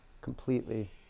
completely